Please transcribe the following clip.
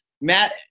Matt